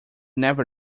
never